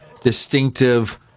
distinctive